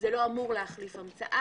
זה לא אמור להחליף הרתעה.